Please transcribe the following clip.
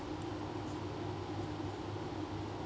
and I in their brigade banquets my fightingk data